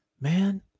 man